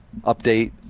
update